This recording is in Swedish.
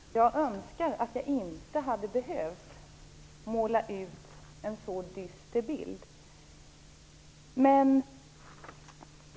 Fru talman! Jag önskar att jag inte hade behövt måla ut en så dyster bild.